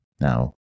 now